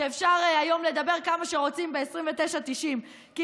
שאפשר היום לדבר כמה שרוצים ב-29.90 ש"ח,